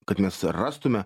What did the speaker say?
kad mes rastume